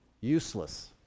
useless